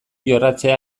jorratzea